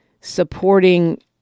supporting